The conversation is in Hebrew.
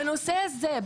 בנושא הזה.